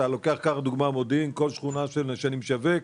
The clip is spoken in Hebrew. קח לדוגמה את מודיעין, כל שכונה שאני משווק,